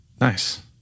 Nice